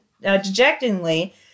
dejectedly